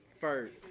first